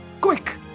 quick